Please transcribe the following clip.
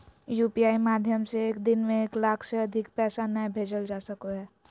UPI माध्यम से एक दिन में एक लाख से अधिक पैसा नय भेजल जा सको हय